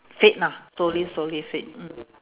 fade lah slowly slowly fade mm